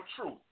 truth